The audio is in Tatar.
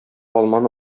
алманы